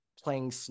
playing